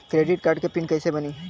Credit card के PIN कैसे बनी?